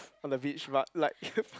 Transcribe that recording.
on the beach rock like